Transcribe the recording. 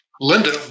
Linda